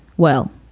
well,